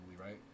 right